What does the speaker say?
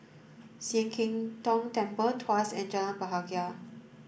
Sian Keng Tong Temple Tuas and Jalan Bahagia